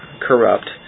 corrupt